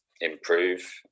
improve